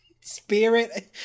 Spirit